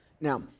Now